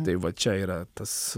tai va čia yra tas